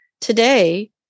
today